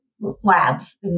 labs